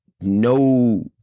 no